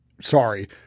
Sorry